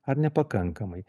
ar nepakankamai